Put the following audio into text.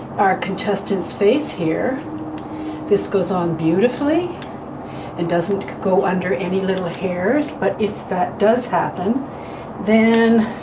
our contestant's face here this goes on beautifully and doesn't go under any little hairs but if that does happen then